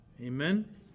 Amen